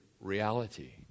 Reality